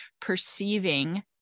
perceiving